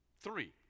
Three